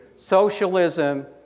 Socialism